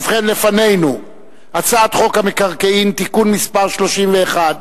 ובכן, בפנינו הצעת חוק המקרקעין (תיקון מס' 31)